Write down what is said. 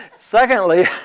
Secondly